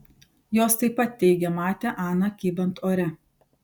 jos taip pat teigė matę aną kybant ore